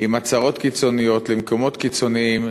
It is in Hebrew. עם הצהרות קיצוניות למקומות קיצוניים,